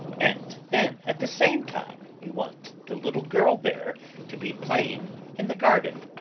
and then at the same time, you want the little girl there to be playing in the garden.